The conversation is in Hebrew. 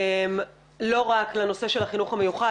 לא רק לנושא של החינוך המיוחד,